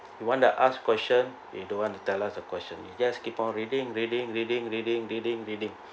you want to ask question he don't want to tell us the question you just keep on reading reading reading reading reading reading